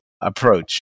approach